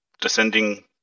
descending